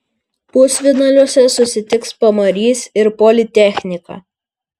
pusfinaliuose susitiks pamarys ir politechnika